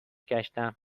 گشتم